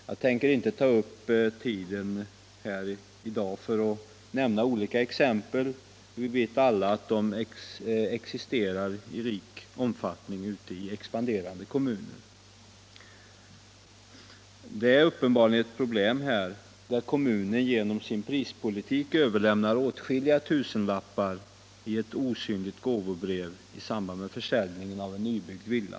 Jag tänker inte ta upp tiden här i dag för att nämna olika exempel på detta. Vi vet alla att de finns i stor omfattning ute i expanderande kommuner. Det är uppenbarligen ett problem; kommunen överlämnar genom sin prispolitik åtskilliga tusenlappar i ett osynligt gåvobrev i samband med försäljningen av en nybyggd villa.